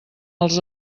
els